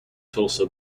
tulsa